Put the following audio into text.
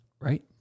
Right